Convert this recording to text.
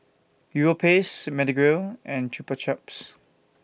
Europace Pedigree and Chupa Chups